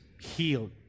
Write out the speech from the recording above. healed